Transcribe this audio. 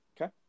Okay